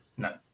No